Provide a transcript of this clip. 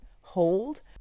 hold